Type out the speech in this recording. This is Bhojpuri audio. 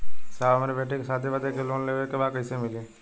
साहब हमरे बेटी के शादी बदे के लोन लेवे के बा कइसे मिलि?